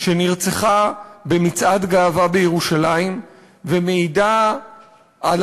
שנרצחה במצעד גאווה בירושלים ומעידה על